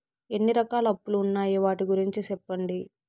ఎన్ని రకాల అప్పులు ఉన్నాయి? వాటి గురించి సెప్పండి?